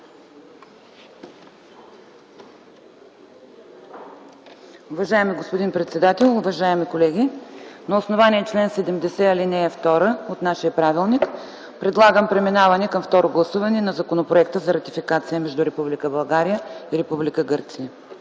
Уважаеми господин председател, уважаеми колеги! На основание чл. 70, ал. 2 от нашия правилник предлагам преминаване към второ гласуване на Законопроекта за ратификация между Република България и Република